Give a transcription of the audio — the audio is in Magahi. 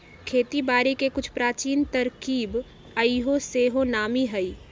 खेती बारिके के कुछ प्राचीन तरकिब आइयो सेहो नामी हइ